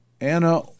Anna